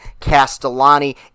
Castellani